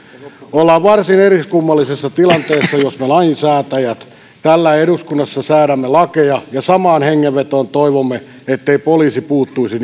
ollaan varsin eriskummallisessa tilanteessa jos me lainsäätäjät eduskunnassa säädämme lakeja ja samaan hengenvetoon toivomme ettei poliisi puuttuisi